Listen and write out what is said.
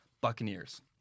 Buccaneers